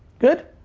good.